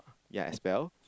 ya as well